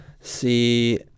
see